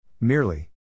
merely